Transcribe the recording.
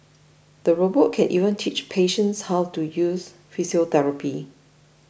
the robot can even teach patients how to use physiotherapy